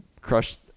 crushed